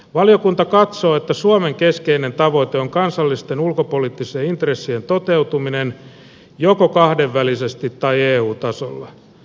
valiokunta katsoo että suomen keskeinen tavoite on kansallisten ulkopoliittisten intressien toteutuminen joko kahdenvälisesti tai eu tasolla